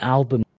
Album